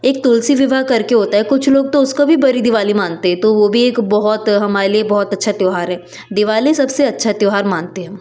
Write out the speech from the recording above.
एक तुलसी विवाह करके होता है कुछ लोग तो उसको भी बड़ी दिवाली मानते तो वो भी एक बहुत हमारे लिए हमारे बहुत अच्छा त्योहार है दिवाली सबसे अच्छा त्योहार मानते हम